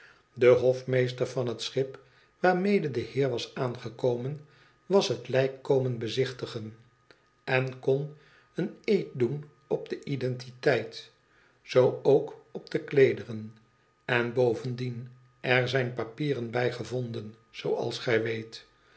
de hofmeester van het schip waarmede die heer was aangekomen was het lijk komen bezichtigen en kon een eed doen op de identiteit zoo ook op de kleederen n bovendien er zijn papieren bij gevonden zooals gij weet